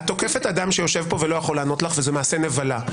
את תוקפת אדם שיושב פה ולא יכול לענות לך וזה מעשה נבלה.